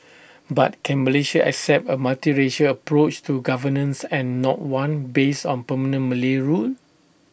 but can Malaysia accept A multiracial approach to governance and not one based on permanent Malay rule